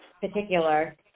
particular